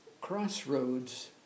crossroads